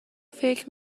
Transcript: فکر